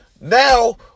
Now